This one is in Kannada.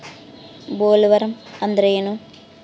ಬೊಲ್ವರ್ಮ್ ಅಂದ್ರೇನು?